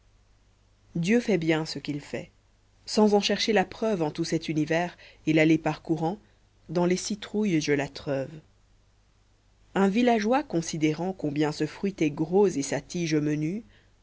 dieu fait bien ce qu'il fait sans en chercher la preuve en tout cet univers et l'aller parcourant dans les citrouilles je la treuve un villageois considérant combien ce fruit est gros et sa tige menue